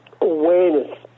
awareness